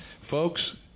folks